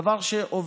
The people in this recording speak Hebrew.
זה דבר שהובלנו.